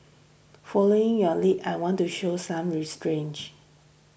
following your lead I want to show some re strange